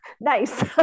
nice